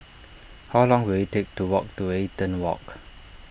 how long will it take to walk to Eaton Walk